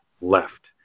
left